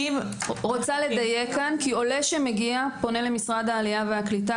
רוצה לדייק כי עולה שמגיע פונה למשרד העלייה והקליטה